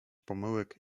pomyłek